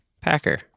Packer